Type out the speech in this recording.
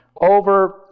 over